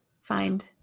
find